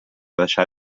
deixar